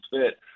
fit